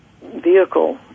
Vehicle